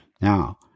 Now